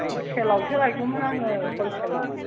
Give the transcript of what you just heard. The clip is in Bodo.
हलसेलावसो लायगौमोन आङो हलसेलाव